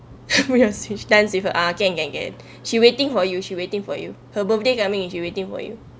she dance with her aunt can can can she waiting for you she waiting for you her birthday coming she waiting for you